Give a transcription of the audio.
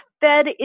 fed